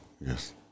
Yes